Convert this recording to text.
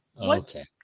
okay